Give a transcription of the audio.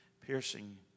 piercing